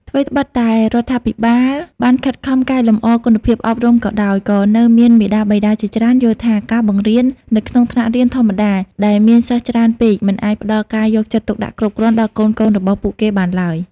ថ្វីត្បិតតែរដ្ឋាភិបាលបានខិតខំកែលម្អគុណភាពអប់រំក៏ដោយ ក៏នៅមានមាតាបិតាជាច្រើនយល់ថាការបង្រៀននៅក្នុងថ្នាក់រៀនធម្មតាដែលមានសិស្សច្រើនពេក មិនអាចផ្តល់ការយកចិត្តទុកដាក់គ្រប់គ្រាន់ដល់កូនៗរបស់ពួកគេបានឡើយ។